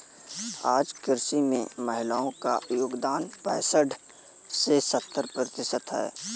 आज कृषि में महिलाओ का योगदान पैसठ से सत्तर प्रतिशत है